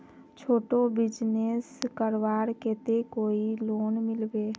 छोटो बिजनेस करवार केते कोई लोन मिलबे?